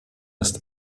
ist